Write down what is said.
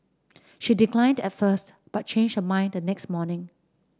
she declined at first but changed her mind the next morning